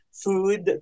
food